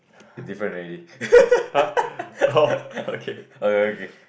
the different already okay okay